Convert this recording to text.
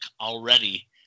already